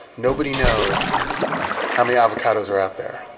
nobody knows how many avocados are out there.